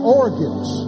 organs